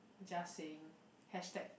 just saying hashtag